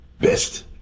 best